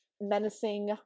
menacing